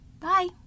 Bye